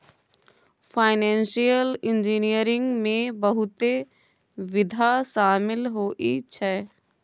financial engineering में बहुते विधा शामिल होइ छै